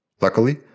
Luckily